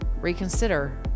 reconsider